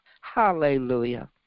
Hallelujah